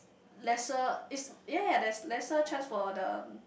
lesser is yea yea there is lesser chance for the